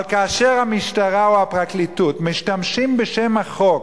אבל כאשר המשטרה או הפרקליטות משתמשת בשם החוק